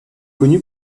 connu